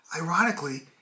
Ironically